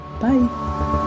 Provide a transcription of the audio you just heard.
bye